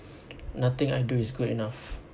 nothing I do is good enough